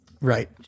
Right